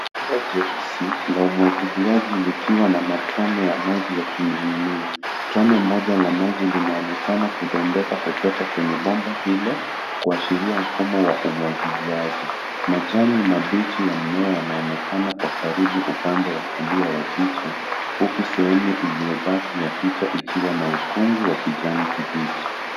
Bomba jeusi la umwagiliaji likiwa na matone ya maji yakining'inia. Tone moja la maji linaonekana kudondoka kutoka kwenye bomba hilo, kuashiria mfumo wa umwagiliaji. Majani mabichi ya mmea yanaonekana kwa karibu upande wa kulia wa picha, huku sehemu iliyobaki ya picha ikiwa na ukungu wa kijani kibichi.